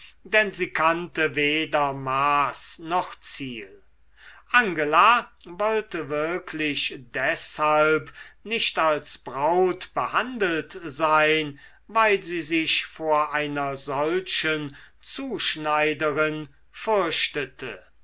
denn sie kannte weder maß noch ziel angela wollte wirklich deshalb nicht als braut behandelt sein weil sie sich vor einer solchen zuschneiderin